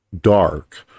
dark